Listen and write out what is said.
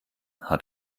hat